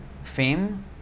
fame